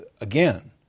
Again